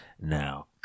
now